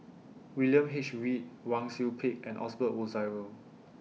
William H Read Wang Sui Pick and Osbert Rozario